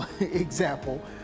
example